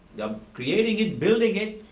creating and building it.